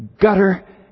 gutter